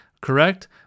correct